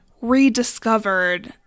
rediscovered